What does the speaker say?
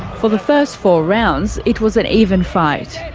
for the first four rounds, it was an even fight.